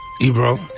Ebro